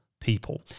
people